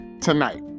tonight